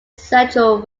central